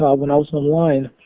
while but i was online,